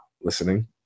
listening